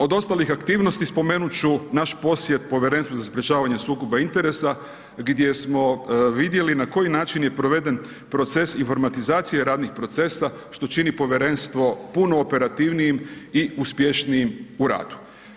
Od ostalih aktivnosti, spomenuti ću naš posjed Povjerenstva za sprječavanje sukoba interesa, gdje smo vidjeli na koji način je proveden proces informatizacije radnih procesa, što čini povjerenstvo puno operativniji i uspješniji u radu.